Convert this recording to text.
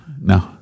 no